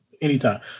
Anytime